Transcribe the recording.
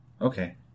Okay